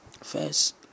first